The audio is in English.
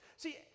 See